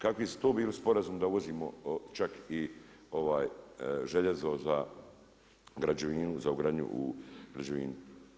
Kakvi su to bili sporazumi da uvozimo čak i željezo za građevinu za ugradnju u građevini?